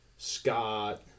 Scott